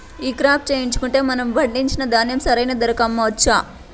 ఈ క్రాప చేయించుకుంటే మనము పండించిన ధాన్యం సరైన ధరకు అమ్మవచ్చా?